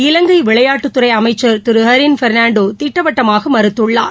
இவங்கை விளையாட்டுத்துறை அமைச்சள் திரு ஹரின் பெர்னாண்டோ திட்டவட்டமாக மறுத்துள்ளார்